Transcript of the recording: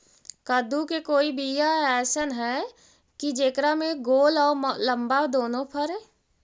कददु के कोइ बियाह अइसन है कि जेकरा में गोल औ लमबा दोनो फरे?